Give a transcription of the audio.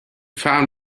fahren